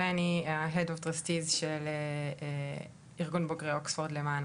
ואני ראש מחלקת פרסטיז'ה של ארגון בוגרי אוקספורד למען